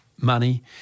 money